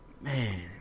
man